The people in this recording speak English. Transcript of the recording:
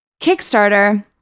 Kickstarter